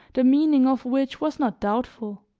the meaning of which was not doubtful